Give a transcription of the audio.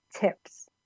tips